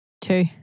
two